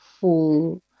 full